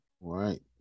right